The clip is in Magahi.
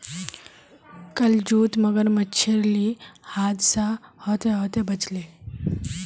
कल जूत मगरमच्छेर ली हादसा ह त ह त बच ले